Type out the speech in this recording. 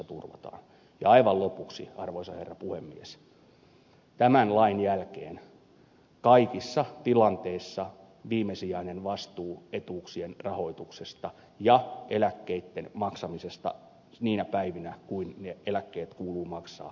ja aivan lopuksi arvoisa herra puhemies tämän lain jälkeen kaikissa tilanteissa viimesijainen vastuu etuuksien rahoituksesta ja eläkkeitten maksamisesta niinä päivinä kuin eläkkeet kuuluu maksaa kuuluu valtiolle